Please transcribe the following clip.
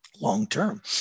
long-term